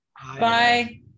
Bye